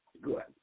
Good